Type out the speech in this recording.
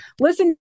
listen